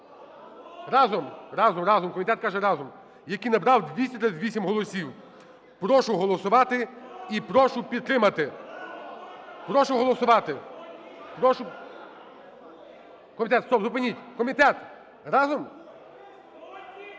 разом, комітет каже разом. Який набрав 238 голосів. Прошу голосувати і прошу підтримати. Прошу голосувати. Комітет, стоп! Зупиніть! Комітет! Разом?